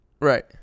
Right